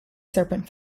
serpent